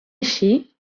així